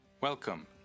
Welcome